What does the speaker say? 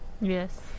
Yes